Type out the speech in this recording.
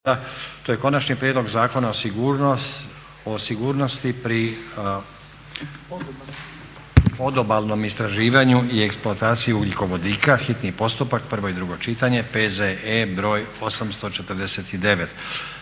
to je: - Konačni prijedlog Zakona o sigurnosti pri odobalnom istraživanju i eksploataciji ugljikovodika, hitni postupak, prvo i drugo čitanje, P.Z.E. br. 849;